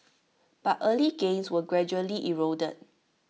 but early gains were gradually eroded